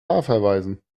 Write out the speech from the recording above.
verweisen